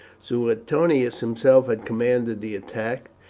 suetonius himself had commanded the attack,